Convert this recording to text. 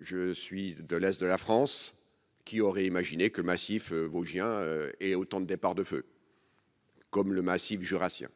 Je suis de l'Est de la France qui aurait imaginé que massif vosgien et autant de départs de feu. Comme le massif jurassien,